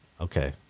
okay